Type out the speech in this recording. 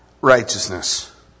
righteousness